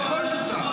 הכול מותר.